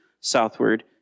southward